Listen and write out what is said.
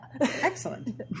Excellent